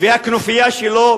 והכנופיה שלו,